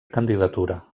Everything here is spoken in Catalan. candidatura